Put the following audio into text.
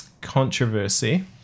controversy